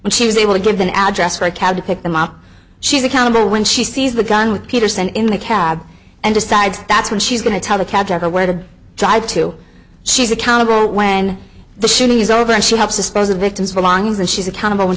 and she was able to give an address for a cab to pick them up she's accountable when she sees the gun with peterson in the cab and decides that's when she's going to tell the cab driver where to drive to she's accountable when the shooting is over and she helps us present victim's wrongs and she's accountable when